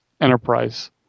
enterprise